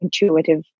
intuitive